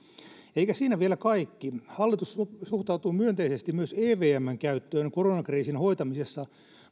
eikä siinä vielä kaikki hallitus suhtautuu myönteisesti myös evmn käyttöön koronakriisin hoitamisessa